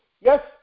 yes